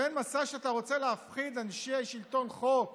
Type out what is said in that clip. מסע שאתה רוצה להפחיד אנשי שלטון חוק